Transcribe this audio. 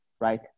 right